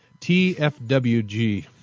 TFWG